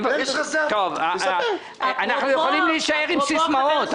שייתן --- אנחנו יכולים להישאר עם סיסמאות,